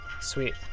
Sweet